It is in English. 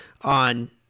on